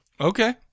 Okay